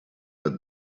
but